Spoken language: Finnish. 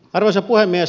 arvoisa puhemies